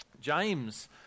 James